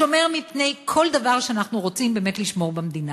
שומר מפני כל דבר שאנחנו רוצים באמת לשמור במדינה.